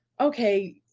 okay